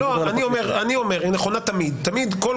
אני מדבר על הפרקליטות.